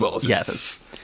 Yes